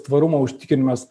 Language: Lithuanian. tvarumo užtikrinimas